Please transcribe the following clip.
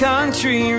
country